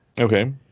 Okay